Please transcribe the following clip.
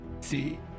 see